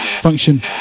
function